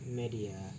media